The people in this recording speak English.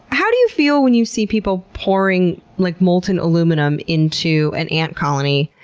how do you feel when you see people pouring like molten aluminum into an ant colony?